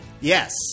Yes